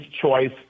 choice